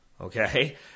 okay